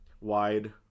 Wide